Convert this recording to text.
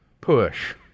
push